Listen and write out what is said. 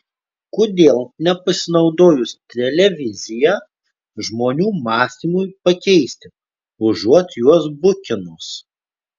kodėl nepasinaudojus televizija žmonių mąstymui pakeisti užuot juos bukinus